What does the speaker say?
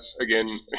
again